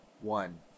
one